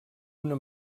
una